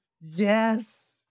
Yes